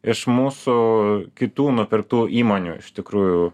iš mūsų kitų nupirktų įmonių iš tikrųjų